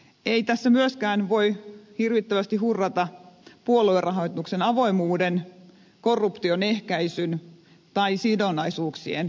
ei tässä myöskään voi hirvittävästi hurrata puoluerahoituksen avoimuuden korruption ehkäisyn tai sidonnaisuuksien vähentämisen puolesta